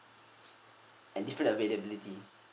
and different availability